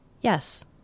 yes